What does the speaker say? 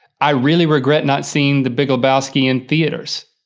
i really regret not seeing the big lebowski in theaters.